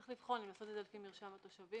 צריך לבחון אם לעשות את זה לפי מבחן התושבים או לפי